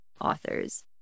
authors